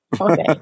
Okay